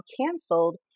canceled